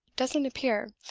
doesn't appear.